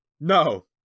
No